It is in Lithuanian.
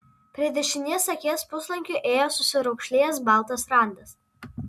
prie dešinės akies puslankiu ėjo susiraukšlėjęs baltas randas